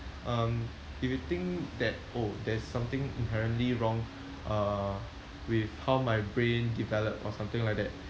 um if you think that oh there's something inherently wrong uh with how my brain developed or something like that